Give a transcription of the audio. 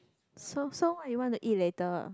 so so what you want to eat later